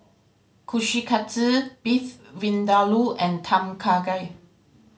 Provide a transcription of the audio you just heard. Kushikatsu Beef Vindaloo and Tom Kha Gai